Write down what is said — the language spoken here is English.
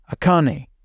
Akane